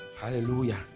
hallelujah